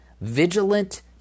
vigilant